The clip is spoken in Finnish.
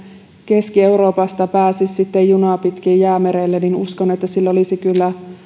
keski euroopasta pääsisi sitten raiteita pitkin jäämerelle uskon että sillä olisi kyllä